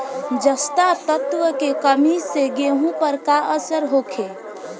जस्ता तत्व के कमी से गेंहू पर का असर होखे?